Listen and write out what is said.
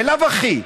בלאו הכי.